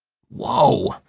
whoa!